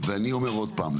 ואני אומר עוד פעם,